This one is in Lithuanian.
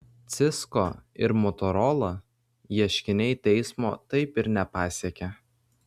cisco ir motorola ieškiniai teismo taip ir nepasiekė